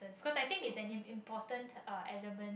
cause I think it an imp~ important uh element